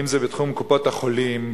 אם בתחום קופות-החולים,